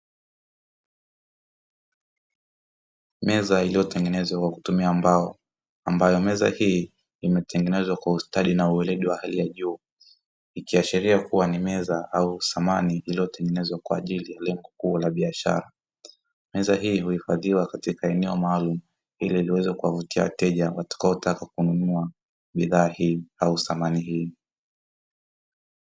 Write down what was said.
Meza iliyotengenezwa kwa kutumia mbao ambayo meza hii imetengenezwa kwa ustadi na uweledi wa hali ya juu, ikiashiria kuwa ni bora au samani iliyotengenezwa kwa ajili ya lengo kuu la biashara. Meza hii huhifadhiwa katika eneo maalum lile liweze kuwavutia wateja watakaotaka kununua bidhaa hii au samani hii.